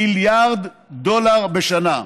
מיליארד דולר בשנה.